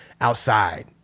outside